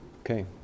Okay